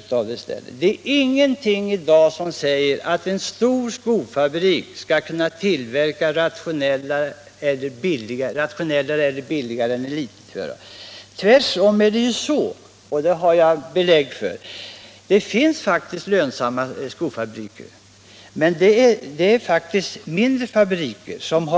Det finns i dag ingenting som säger att en stor skofabrik kan tillverka rationellare och billigare än en liten fabrik. Det finns lönsamma skofabriker, men det är faktiskt — det har jag belägg för — mindre skofabriker, som